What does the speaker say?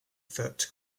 foot